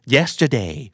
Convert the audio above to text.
Yesterday